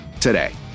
today